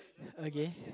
okay